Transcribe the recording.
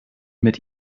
mit